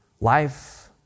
Life